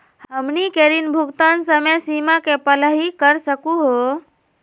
हमनी के ऋण भुगतान समय सीमा के पहलही कर सकू हो?